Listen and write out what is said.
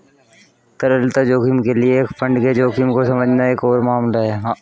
तरलता जोखिम के लिए एक फंड के जोखिम को समझना एक और मामला है